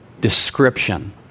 description